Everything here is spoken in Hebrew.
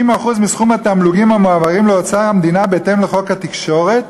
50% מסכום התמלוגים המועברים לאוצר המדינה בהתאם לחוק התקשורת